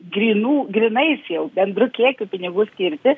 grynų grynais jau bendru kiekiu pinigų skirti